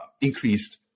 increased